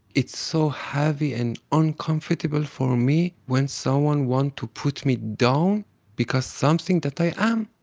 it's so heavy and uncomfortable for me when someone want to put me down because something that i am.